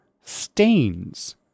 stains